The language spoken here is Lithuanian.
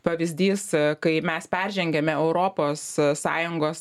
pavyzdys kai mes peržengiame europos sąjungos